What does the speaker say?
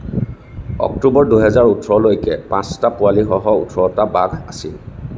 অক্টোবৰ দুহেজাৰ ওঠৰলৈকে পাঁচটা পোৱালীসহ ওঠৰটা বাঘ আছিল